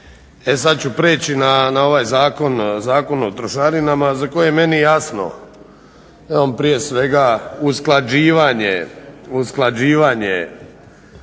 E sad ću prijeći na ovaj Zakon o trošarinama za koje meni je jasno prije svega usklađivanje sa EU, da je